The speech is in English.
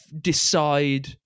decide